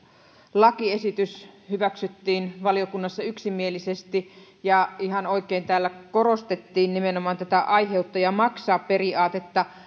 lakiesitys hyväksyttiin valiokunnassa yksimielisesti ja ihan oikein täällä korostettiin nimenomaan tätä aiheuttaja maksaa periaatetta